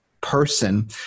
person